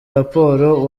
raporo